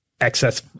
excess